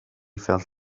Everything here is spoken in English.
felt